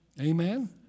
Amen